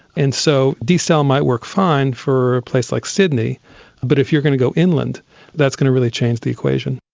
and so desalination so might work fine for a place like sydney but if you are going to go inland that's going to really change the equation.